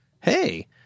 hey